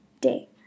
day